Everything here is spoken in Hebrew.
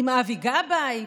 עם אבי גבאי?